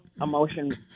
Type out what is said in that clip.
emotion